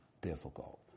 difficult